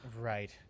right